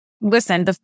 listen